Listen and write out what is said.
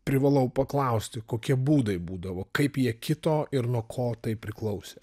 privalau paklausti kokie būdai būdavo kaip jie kito ir nuo ko tai priklausė